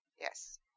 Yes